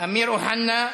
אמיר אוחנה,